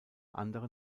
andere